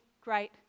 great